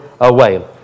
away